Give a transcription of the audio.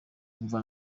wumva